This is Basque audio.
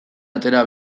atera